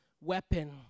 weapon